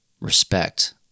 respect